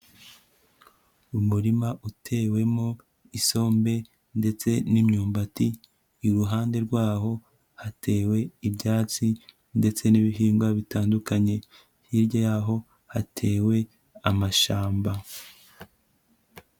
Umurima utewemo isombe ndetse n'imyumbati, iruhande rwaho hatewe ibyatsi ndetse n'ibihingwa bitandukanye, hirya yaho hatewe amashyamba.